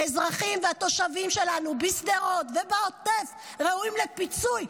האזרחים והתושבים שלנו בשדרות ובעוטף ראויים לפיצוי,